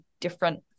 different